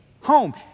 Home